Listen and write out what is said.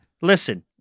Listen